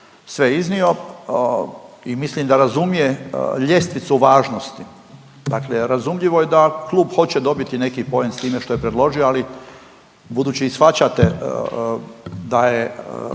sve iznio i mislim da razumije ljestvicu važnosti. Dakle, razumljivo je da klub hoće dobiti neki poen s time što je predložio, ali budući svaćate da je